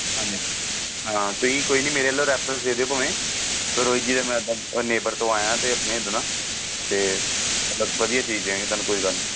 ਹਾਂਜੀ ਹਾਂ ਤੁਸੀਂ ਕੋਈ ਨਹੀਂ ਮੇਰੇ ਵੱਲੋਂ ਰੈਫਰੈਂਸ ਦੇ ਦਿਓ ਭਾਵੇਂ ਰੋਜੀ ਦੇ ਮੈਂ ਇੱਦਾਂ ਅ ਨੇਬਰ ਤੋਂ ਆਇਆ ਤਾਂ ਆਪਣੇ ਇੱਦਾਂ ਦਾ ਅਤੇ ਮਤਲਵ ਵਧੀਆ ਚੀਜ਼ ਦੇਣਗੇ ਤੁਹਾਨੂੰ ਕੋਈ ਗੱਲ ਨਹੀਂ